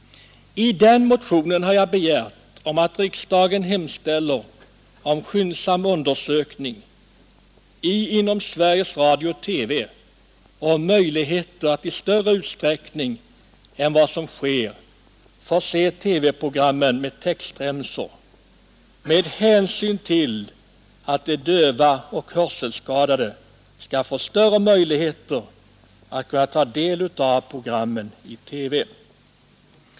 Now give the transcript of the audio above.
I den motionen har jag begärt att riksdagen skall hemställa om skyndsam undersökning inom Sveriges Radio-TV av möjligheterna att i större utsträckning än vad som sker förse TV-programmen med textremsor för att de döva och hörselskadade skall få större möjligheter att ta del av programmen i TV.